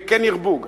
כן ירבו גם.